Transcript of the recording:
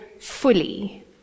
fully